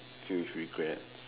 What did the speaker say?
filled with regret